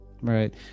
Right